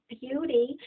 beauty